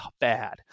bad